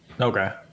Okay